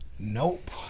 Nope